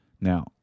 Now